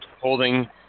holding